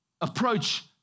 approach